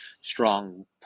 strong